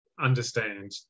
understand